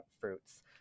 Fruits